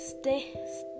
stay